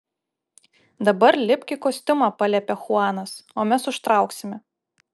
dabar lipk į kostiumą paliepė chuanas o mes užtrauksime